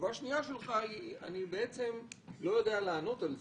תשובה שנייה שלך היא: "אני לא יודע לענות על זה,